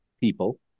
people